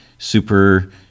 Super